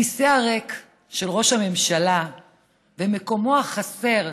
הכיסא הריק של ראש הממשלה ומקומו החסר